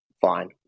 fine